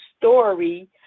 story